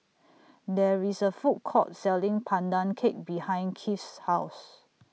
There IS A Food Court Selling Pandan Cake behind Kieth's House